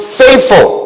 faithful